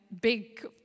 big